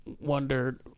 wondered